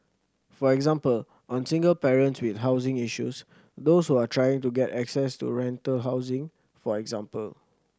for example on single parents with housing issues those who are trying to get access to rental housing for example